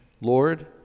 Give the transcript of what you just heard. Lord